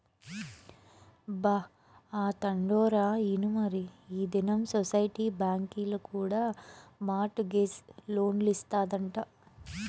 బా, ఆ తండోరా ఇనుమరీ ఈ దినం సొసైటీ బాంకీల కూడా మార్ట్ గేజ్ లోన్లిస్తాదంట